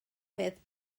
peth